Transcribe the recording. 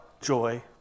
joy